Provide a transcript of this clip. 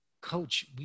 Coach